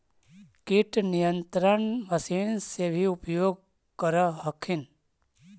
किट नियन्त्रण मशिन से भी उपयोग कर हखिन?